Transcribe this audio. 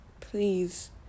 please